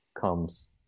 comes